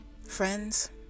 Friends